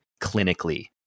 clinically